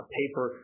paper